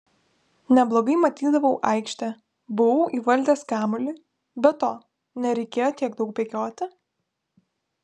neblogai matydavau aikštę buvau įvaldęs kamuolį be to nereikėjo tiek daug bėgioti